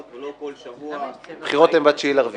ולא כל שבוע -- הבחירות הן ב-9 באפריל.